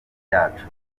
yacu